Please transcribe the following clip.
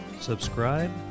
Subscribe